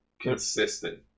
consistent